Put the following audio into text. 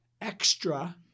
extra